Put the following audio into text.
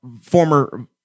former